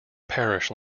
parish